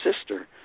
sister